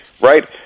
Right